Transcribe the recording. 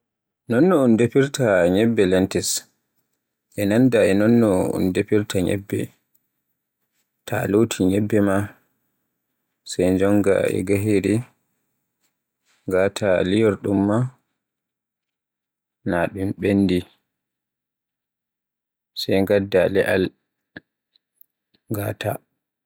Nonno un defirta nyebbe lentils e nanda e nonno un defirta nyebbe, ta loti nyebbe ma sai njonga gahere ngata liyorɗum ma na ɗum ɓendi sai ngadda le'al ngata.